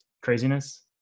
craziness